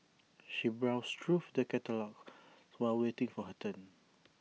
she browsed through the catalogues while waiting for her turn